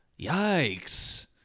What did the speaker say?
Yikes